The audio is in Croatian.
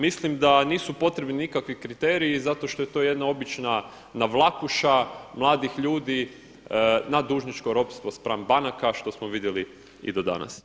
Mislim da nisu potrebni nikakvi kriteriji, zato što je to jedna obična navlakuša mladih ljudi na dužničko ropstvo spram banaka što smo vidjeli i do danas.